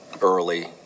early